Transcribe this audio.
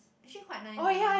actually quite nice lah